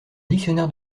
dictionnaire